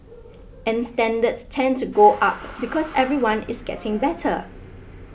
and standards tend to go up because everyone is getting better